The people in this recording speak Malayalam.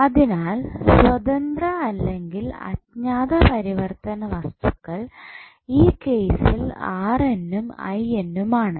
അതിനാൽ സ്വതന്ത്ര അല്ലെങ്കിൽ അജ്ഞാത പരിവർത്തന വസ്തുക്കൾ ഈ കേസിൽ നും നും ആണ്